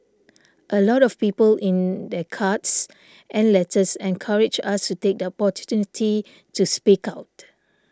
a lot of people in their cards and letters encouraged us to take the opportunity to speak out